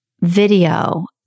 video